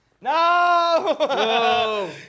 No